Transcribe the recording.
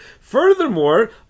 Furthermore